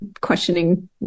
questioning